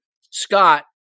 Scott